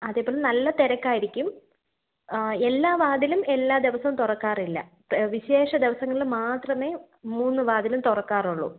അതിപ്പം നല്ല തിരക്കായിരിക്കും എല്ലാ വാതിലും എല്ലാ ദിവസവും തുറക്കാറില്ല വിശേഷദിവസങ്ങളിൽ മാത്രമേ മൂന്നുവാതിലും തുറക്കാറുള്ളൂ